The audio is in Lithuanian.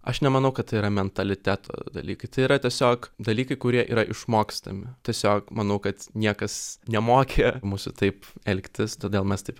aš nemanau kad tai yra mentaliteto dalykai tai yra tiesiog dalykai kurie yra išmokstami tiesiog manau kad niekas nemokė mūsų taip elgtis todėl mes taip